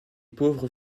pauvres